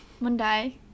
Monday